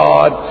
God